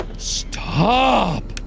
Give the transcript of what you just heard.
stop!